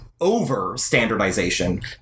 over-standardization